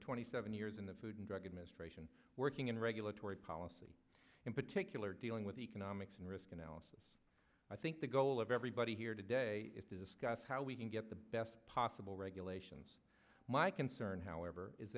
twenty seven years in the food and drug administration working in regulatory policy in particular dealing with economics and risk analysis i think the goal of everybody here today is to discuss how we can get the best possible regulations my concern however is